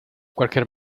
cualquier